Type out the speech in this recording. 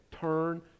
turn